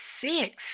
six